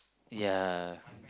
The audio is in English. ya